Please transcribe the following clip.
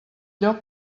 lloc